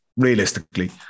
Realistically